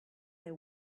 they